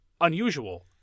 unusual